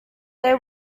they